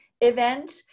event